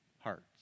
hearts